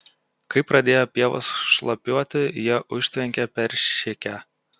kai pradėjo pievos šlapiuoti jie užtvenkė peršėkę